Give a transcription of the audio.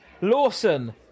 Lawson